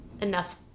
enough